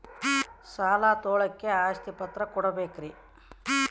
ಸಾಲ ತೋಳಕ್ಕೆ ಆಸ್ತಿ ಪತ್ರ ಕೊಡಬೇಕರಿ?